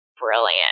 brilliant